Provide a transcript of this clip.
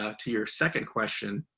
ah to your second question,